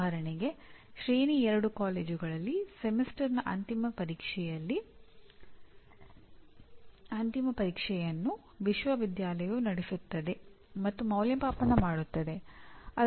ಉದಾಹರಣೆಗೆ ಶ್ರೇಣಿ 2 ಕಾಲೇಜುಗಳಲ್ಲಿ ಸೆಮಿಸ್ಟರ್ನ ಅಂತಿಮ ಪರೀಕ್ಷೆಯನ್ನು ವಿಶ್ವವಿದ್ಯಾಲಯವು ನಡೆಸುತ್ತದೆ ಮತ್ತು ಮೌಲ್ಯಅಂಕಣ ಮಾಡುತ್ತದೆ